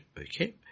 okay